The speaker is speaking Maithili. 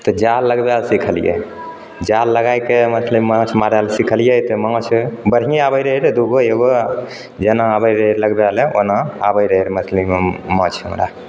तऽ जाल लगबै लए सीखलिए जाल लगाइके मतलब माछ मारय लए सीखलिए तऽ माछ बढ़िऑं आबे रहै रऽ दूगो एगो जेना आबै रहै लगबै लए ओना आबै रहय मछलीमे माछ हमरा